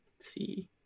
See